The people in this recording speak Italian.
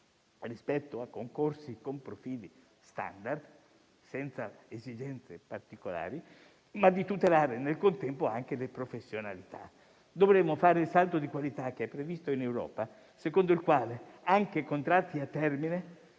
rispetto a concorsi con profili *standard* senza esigenze particolari, ma nel contempo anche le professionalità. Dovremo fare un salto di qualità che è previsto in Europa, per cui anche contratti a termine